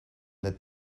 that